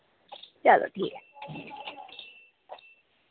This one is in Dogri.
चलो ठीक ऐ